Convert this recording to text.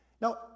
Now